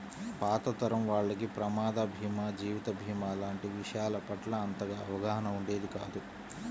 పాత తరం వాళ్లకి ప్రమాద భీమా, జీవిత భీమా లాంటి విషయాల పట్ల అంతగా అవగాహన ఉండేది కాదు